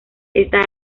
esta